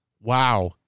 wow